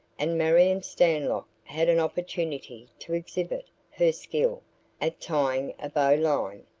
and marion stanlock had an opportunity to exhibit her skill at tying a bowline.